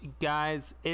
Guys